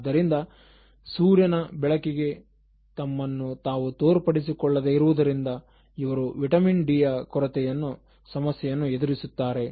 ಆದ್ದರಿಂದ ಸೂರ್ಯನ ಬೆಳಕಿಗೆ ತಮ್ಮನ್ನು ತಾವು ತೋರ್ಪಡಿಸಿಕೊಳ್ಳದೆ ಇರುವುದರಿಂದ ಇವರು ವಿಟಮಿನ್ ಡಿ ಕೊರತೆಯ ಸಮಸ್ಯೆಯನ್ನು ಎದುರಿಸುತ್ತಾರೆ